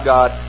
God